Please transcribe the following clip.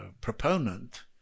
proponent